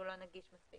שהוא לא נגיש מספיק.